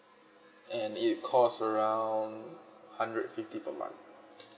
and it cost around hundred fifty per month